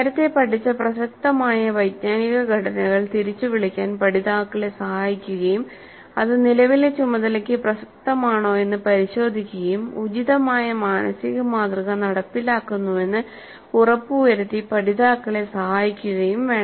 നേരത്തെ പഠിച്ച പ്രസക്തമായ വൈജ്ഞാനിക ഘടനകൾ തിരിച്ചുവിളിക്കാൻ പഠിതാക്കളെ സഹായിക്കുകയും അത് നിലവിലെ ചുമതലയ്ക്ക് പ്രസക്തമാണോയെന്ന് പരിശോധിക്കുകയും ഉചിതമായ മാനസിക മാതൃക നടപ്പിലാക്കുന്നുവെന്ന് ഉറപ്പുവരുത്തി പഠിതാക്കളെ സഹായിക്കുകയും വേണം